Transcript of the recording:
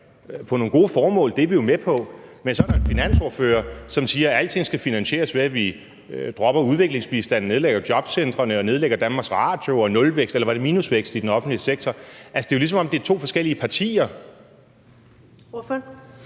til nogle gode formål; det er vi jo med på – men at der så er en finansordfører, som siger, at alting skal finansieres, ved at vi dropper udviklingsbistanden, nedlægger jobcentrene og nedlægger Danmarks Radio, og ved at der skal være nulvækst, eller var det minusvækst, i den offentlige sektor. Altså, det er jo, som om det er to forskellige partier.